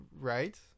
right